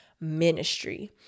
ministry